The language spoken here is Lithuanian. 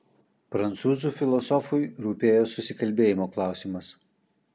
prancūzų filosofui rūpėjo susikalbėjimo klausimas